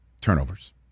turnovers